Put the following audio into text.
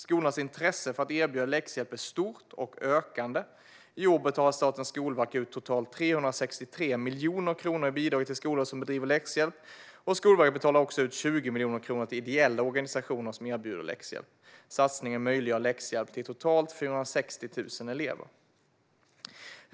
Skolornas intresse för att erbjuda läxhjälp är stort och ökande. I år betalar Statens skolverk ut totalt 363 miljoner kronor i bidrag till skolor som bedriver läxhjälp. Skolverket betalar också ut 20 miljoner kronor till ideella organisationer som erbjuder läxhjälp. Satsningen möjliggör läxhjälp till totalt 460 000 elever.